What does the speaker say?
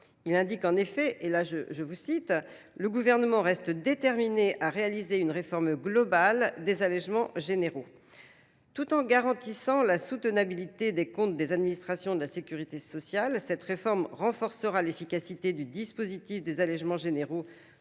Il indique en effet, et là je vous cite, le gouvernement reste déterminé à réaliser une réforme globale des allègements généraux. Tout en garantissant la soutenabilité des comptes des administrations et de la sécurité sociale, cette réforme renforcera l'efficacité du dispositif des allègements généraux